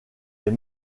est